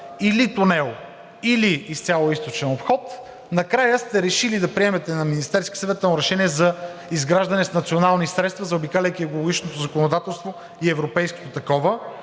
или тунел, или изцяло източен обход, накрая сте решили да приемете на Министерски съвет ново решение за изграждане с национални средства, заобикаляйки екологичното законодателство и европейското такова,